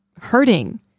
hurting